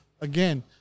again